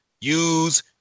use